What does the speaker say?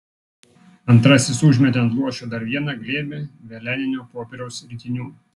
antrasis užmetė ant luošio dar vieną glėbį veleninio popieriaus ritinių